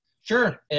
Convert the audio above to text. Sure